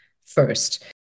first